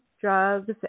drugs